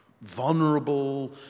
vulnerable